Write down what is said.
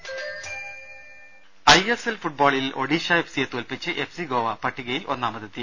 ദ്ദേ I S L ഫുട്ബോളിൽ Odisha F സിയെ തോൽപിച്ച് എഫ് സി ഗോവ പട്ടികയിൽ ഒന്നാമതെത്തി